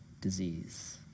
disease